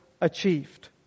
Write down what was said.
achieved